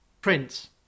Prince